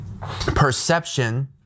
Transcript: perception